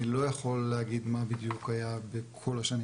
אני לא יכול להגיד מה בדיוק היה בכל השנים